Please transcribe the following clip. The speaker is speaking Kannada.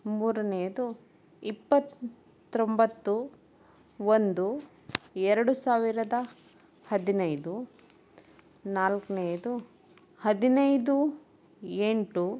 ಮೂರನೇಯದು ಇಪ್ಪತ್ತೊಂಬತ್ತು ಒಂದು ಎರಡು ಸಾವಿರದ ಹದಿನೈದು ನಾಲ್ಕನೇಯದು ಹದಿನೈದು ಎಂಟು